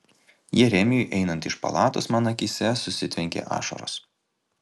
jeremijui einant iš palatos man akyse susitvenkė ašaros